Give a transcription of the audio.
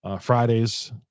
Fridays